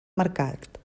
mercat